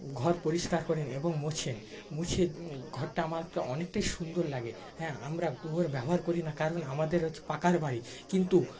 ঘর পরিষ্কার করেন এবং মোছেন মুছে ঘরটা আমার অনেকটাই সুন্দর লাগে হ্যাঁ আমরা ব্যবহার করি না কারণ আমাদের হচ্ছে পাকার বাড়ি কিন্তু